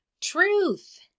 Truth